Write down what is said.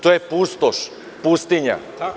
To je pustoš, pustinja.